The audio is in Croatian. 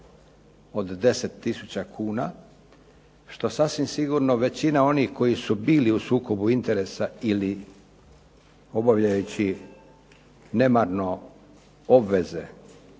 od 10 tisuća kuna, što sasvim sigurno većina onih koji su bili u sukobu interesa ili obavljajući nemarno obveze